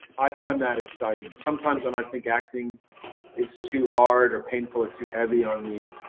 i find that exciting. sometimes when i think acting is too hard, or painful, or too heavy on me,